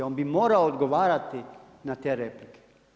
On bi morao odgovarati na te replike.